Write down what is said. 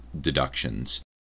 deductions